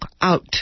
out